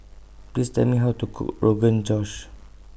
Please Tell Me How to Cook Rogan Josh